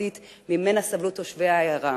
והחברתית שממנה סבלו תושבי העיירה.